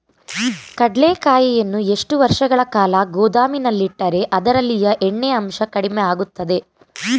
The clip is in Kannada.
ಕಡ್ಲೆಕಾಯಿಯನ್ನು ಎಷ್ಟು ವರ್ಷಗಳ ಕಾಲ ಗೋದಾಮಿನಲ್ಲಿಟ್ಟರೆ ಅದರಲ್ಲಿಯ ಎಣ್ಣೆ ಅಂಶ ಕಡಿಮೆ ಆಗುತ್ತದೆ?